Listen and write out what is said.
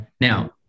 Now